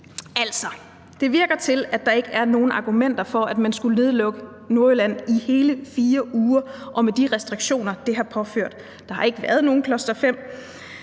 det virker, som om der ikke er nogen argumenter for, at man skulle nedlukke Nordjylland i hele 4 uger og med de restriktioner, der blev påført. Der har ikke været nogen